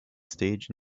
stage